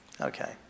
Okay